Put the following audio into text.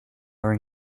are